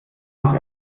noch